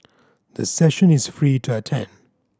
the session is free to attend